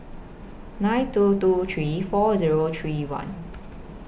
nine two two three four Zero three one